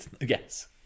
Yes